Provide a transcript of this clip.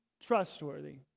trustworthy